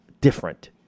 different